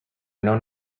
known